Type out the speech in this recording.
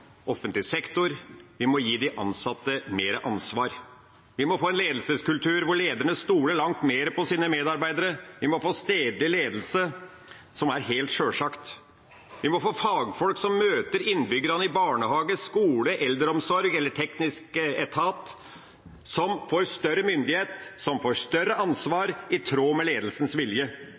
offentlig sektor. Vi må gi de ansatte mer ansvar. Vi må få en ledelseskultur der lederne stoler langt mer på sine medarbeidere. Vi må få stedlig ledelse – noe som er helt sjølsagt. Vi må få fagfolk som møter innbyggerne i barnehage, skole, eldreomsorg eller teknisk etat, som får større myndighet, som får større ansvar, i tråd med ledelsens vilje.